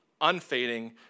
unfading